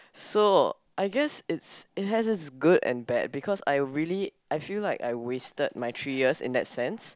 so I guess it's it has it's good and bad because I really I feel like I wasted my three years in that sense